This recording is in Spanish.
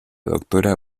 doctora